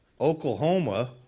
Oklahoma